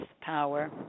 power